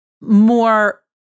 more